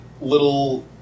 little